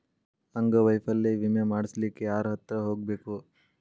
ಅಂಗವೈಫಲ್ಯ ವಿಮೆ ಮಾಡ್ಸ್ಲಿಕ್ಕೆ ಯಾರ್ಹತ್ರ ಹೊಗ್ಬ್ಖು?